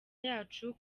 yacu